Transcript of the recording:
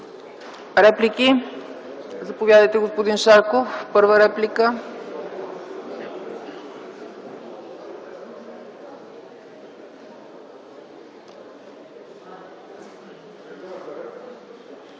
реплики? Заповядайте, господин Шарков – първа реплика.